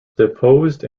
deposed